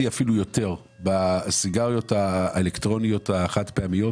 שבסיגריות האלקטרוניות החד פעמיות